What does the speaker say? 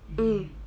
mm